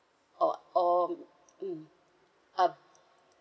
oh oh mm uh